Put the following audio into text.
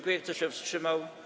Kto się wstrzymał?